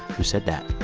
who said that